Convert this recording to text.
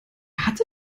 hatte